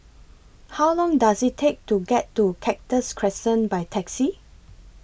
How Long Does IT Take to get to Cactus Crescent By Taxi